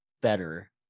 better